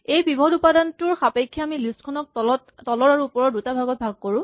এই পিভট উপাদানটোৰ সাপেক্ষে আমি লিষ্ট খনক তলৰ আৰু ওপৰৰ দুটা ভাগত ভাগ কৰো